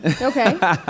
Okay